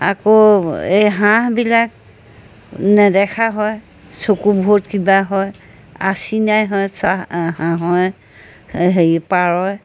আকৌ এই হাঁহবিলাক নেদেখা হয় চকুবোৰত কিবা হয় আচিনাই হয় চাহ হাঁহৰ হেৰি পাৰৰ